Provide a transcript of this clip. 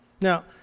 Now